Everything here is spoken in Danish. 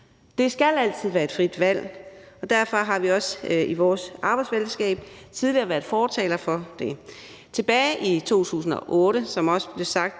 Det skal altid være et frit valg, og derfor har vi også i vores arbejdsfællesskab tidligere været fortalere for det. Tilbage i 2008, som det også blev sagt